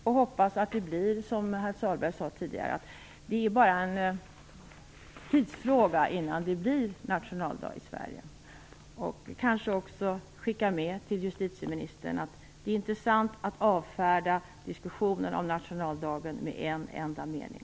Jag hoppas att det som herr Sahlberg sade tidigare stämmer, dvs. att det bara är en tidsfråga innan nationaldagen i Sverige blir helgdag. Jag vill också skicka med till justitieministern att det är intressant att diskussionen om nationaldagen avfärdas med en enda mening.